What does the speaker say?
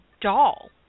doll